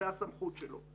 זו הסמכות שלו.